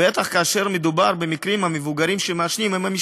בטח כאשר מדובר במקרים שהמבוגרים שמעשנים הם ההורים,